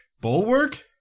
Bulwark